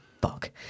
fuck